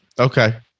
Okay